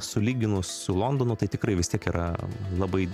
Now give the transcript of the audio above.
sulyginus su londonu tai tikrai vis tiek yra labai